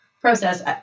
process